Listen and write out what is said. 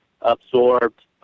absorbed